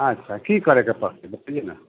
अच्छा की करयके पड़तै बतैयौ ने